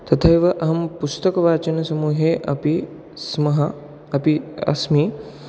तथैव अहं पुस्तकवाचनसमूहे अपि स्मः अपि अस्मि